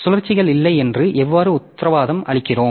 எனவே சுழற்சிகள் இல்லை என்று எவ்வாறு உத்தரவாதம் அளிக்கிறோம்